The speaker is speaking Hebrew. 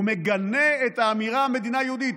הוא מגנה את האמירה על מדינה יהודית.